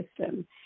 system